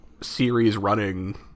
series-running